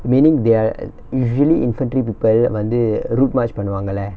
meaning they are usually infantry people வந்து:vanthu route march பண்ணுவாங்கள:pannuvaangala